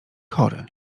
chory